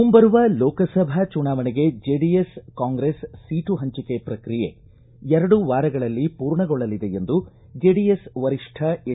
ಮುಂಬರುವ ಲೋಕಸಭಾ ಚುನಾವಣೆಗೆ JDS Congress seat ಪಂಚಿಕೆ ಪ್ರಕ್ರಿಯೆ ಎರಡು ವಾರಗಳಲ್ಲಿ ಪೂರ್ಣಗೊಳ್ಳಲಿದೆ ಎಂದು ಚೆಡಿಎಸ್ ವರಿಷ್ಠ ಎಚ್